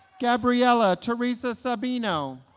gabriella teresa sabino